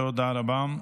תודה רבה, תודה.